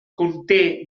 conté